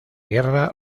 guerra